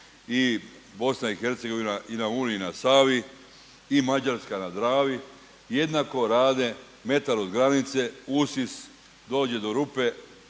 i BiH i na Uni i na Savi i Mađarska na Dravi jednako rade metar od granice usis dođe do rupe,